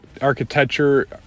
architecture